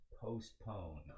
Postpone